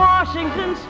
Washington